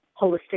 holistic